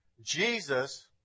Jesus